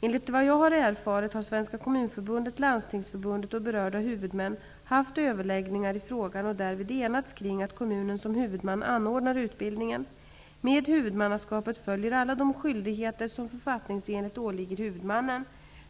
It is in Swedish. Enligt vad jag har erfarit har Svenska kommunförbundet, Landstingsförbundet och berörda huvudmän haft överläggningar i frågan och därvid enats kring att kommunen som huvudman anordnar utbildningen. Med huvudmannaskapet följer alla de skyldigheter som författningsenligt åligger huvudmannen.